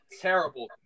terrible –